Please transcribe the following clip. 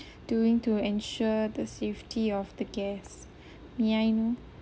doing to ensure the safety of the guess may I know